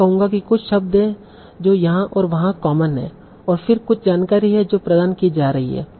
मैं कहूंगा कि कुछ शब्द हैं जो यहां और वहां कॉमन हैं और फिर कुछ जानकारी है जो प्रदान की जा रही हैं